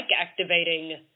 activating